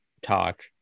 talk